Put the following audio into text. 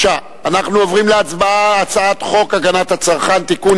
אנחנו עוברים להצבעה על הצעת חוק הגנת הצרכן (תיקון,